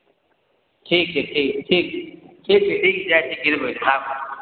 ठीक छै ठीक ठीक छै ठीक छै जाइ छियै गिरबय लए आब